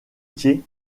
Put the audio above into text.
thiès